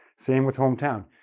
same with hometown.